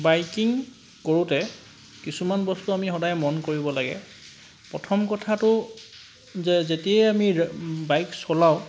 biking কৰোঁতে কিছুমান বস্তু আমি সদায় মন কৰিব লাগে প্ৰথম কথাটো যে যেতিয়াই আমি বাইক চলাওঁ